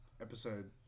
episode